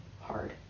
hard